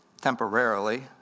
temporarily